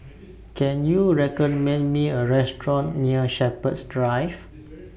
Can YOU recommend Me A Restaurant near Shepherds Drive